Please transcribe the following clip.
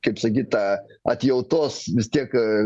kaip sakyt tą atjautos vistiek